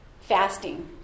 fasting